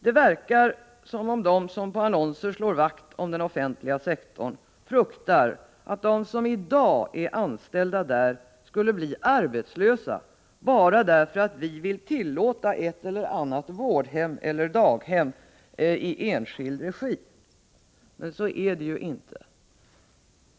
Det verkar som om de som i annonser slår vakt om den offentliga sektorn fruktar att de som i dag är anställda där skulle bli arbetslösa bara därför att vi vill tillåta ett eller annat vårdhem eller daghem i enskild regi. Men så är det ju inte.